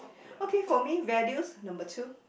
okay for me values number two